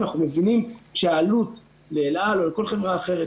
אנחנו מבינים שהעלות לאל על או לכל חברה אחרת,